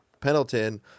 Pendleton